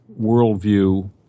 worldview